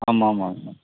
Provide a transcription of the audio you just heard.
ஆமாம் ஆமாங்க